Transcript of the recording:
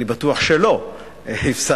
אני בטוח שלא הפסדת,